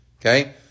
Okay